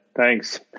Thanks